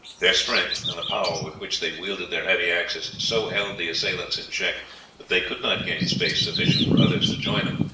their strength, and the power with which they wielded their heavy axes, so held the assailants in check that they could not gain space sufficient for others to join them,